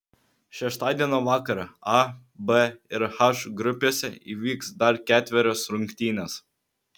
šeštadienio vakarą a b ir h grupėse įvyks dar ketverios rungtynės